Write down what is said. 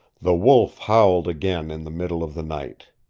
the wolf howled again in the middle of the night.